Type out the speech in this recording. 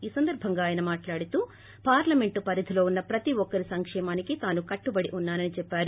ఈ సందర్బంగా ఎంపీ మాట్లాడుతూ పార్లమెంటు పరిధిలో ఉన్న ప్రతి ఒక్కరి సంకేమానికి తాను కట్టుబడి ఉన్నానని చెప్పారు